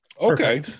Okay